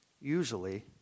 usually